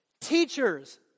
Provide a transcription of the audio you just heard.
Teachers